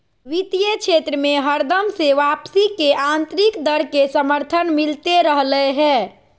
वित्तीय क्षेत्र मे हरदम से वापसी के आन्तरिक दर के समर्थन मिलते रहलय हें